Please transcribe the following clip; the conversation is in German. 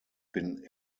bin